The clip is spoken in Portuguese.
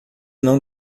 não